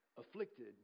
afflicted